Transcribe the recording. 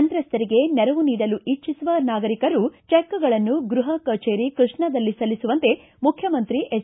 ಸಂತ್ರಸ್ವರಿಗೆ ನೆರವು ನೀಡಲು ಇಚ್ಚಿಸುವ ನಾಗರಿಕರು ಚೆಕ್ಗಳನ್ನು ಗೃಹ ಕಚೇರಿ ಕೃಷ್ಣಾದಲ್ಲಿ ಸಲ್ಲಿಸುವಂತೆ ಮುಖ್ಚಮಂತ್ರಿ ಎಚ್